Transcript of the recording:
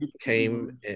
came